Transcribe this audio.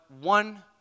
one